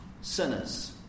Sinners